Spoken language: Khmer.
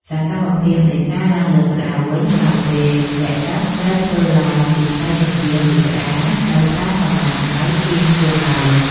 សកម្មភាពនៃការឡើងលើក្តារវិញក្រោយពេលធ្លាក់ទឹក ត្រូវធ្វើឡើងពីផ្នែកចំហៀងនៃក្តារដោយប្រើកម្លាំងដៃទាញខ្លួនឡើង។